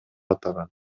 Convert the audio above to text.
атаган